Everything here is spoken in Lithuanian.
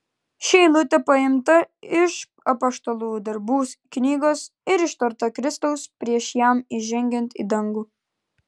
ši eilutė paimta iš apaštalų darbų knygos ir ištarta kristaus prieš jam įžengiant į dangų